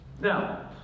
Now